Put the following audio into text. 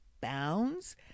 Bounds